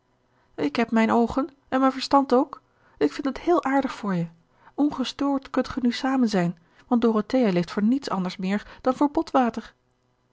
ik heb mijn oogen en mijn verstand ook ik vind het heel aardig voor je ongestoord kunt ge nu zamen zijn want dorothea leeft voor niets anders meer dan voor botwater